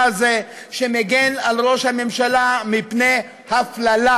הזה שמגן על ראש הממשלה מפני הפללה.